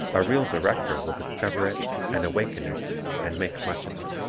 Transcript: a real director will discover it and awaken it and make much of it.